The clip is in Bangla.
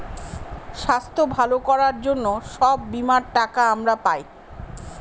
স্বাস্থ্য ভালো করার জন্য সব বীমার টাকা আমরা পায়